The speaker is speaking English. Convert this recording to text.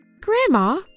Grandma